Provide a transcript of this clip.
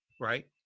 right